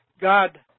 God